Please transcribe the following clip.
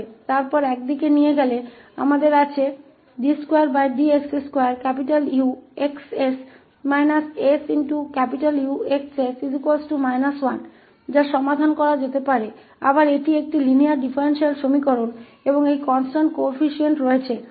फिर एक तरफ लेते हुए हमारे पास ddx2𝑈𝑥 𝑠 − 𝑠𝑈𝑥 𝑠 −1 है जिसे हल किया जा सकता है फिर से यह एक रैखिक डिफरेंशियल एक्वेशन है और इन निरंतर गुणांक वाले हैं